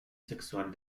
sexual